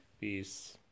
peace